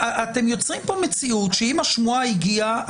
אתם יוצרים פה מציאות שאם השמועה הגיעה,